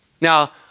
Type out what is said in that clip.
Now